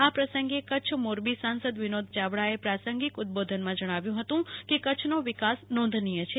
આ પ્રસંગે કચ્છ મોરબી સાંસદ વિનોદભાઇ ચાવડાએ પ્રાસંગિક ઉદ્વબીધનમાં જણાવ્યું હતું કે કચ્છનો વિકાસ નોંધનીય છે